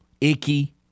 icky